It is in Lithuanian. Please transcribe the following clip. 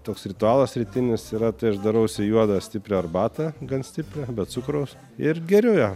toks ritualas rytinis yra tai aš darausi juodą stiprią arbatą gan stiprią be cukraus ir geriu ją